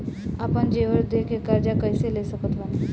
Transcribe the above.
आपन जेवर दे के कर्जा कइसे ले सकत बानी?